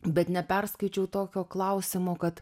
bet neperskaičiau tokio klausimo kad